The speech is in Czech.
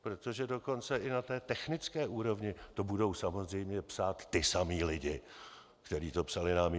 Protože dokonce i na té technické úrovni to budou samozřejmě psát ti samí lidé, kteří to psali nám.